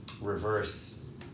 reverse